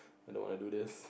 and I don't want to do this